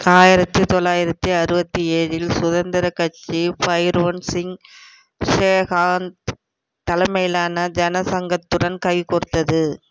ஆயிரத்து தொள்ளாயிரத்து அறுபத்தி ஏழில் சுதந்திர கட்சி பைரோன் சிங் ஷேகாந்த் தலைமையிலான ஜனசங்கத்துடன் கைகோர்த்தது